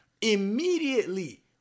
immediately